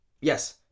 yes